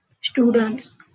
students